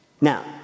Now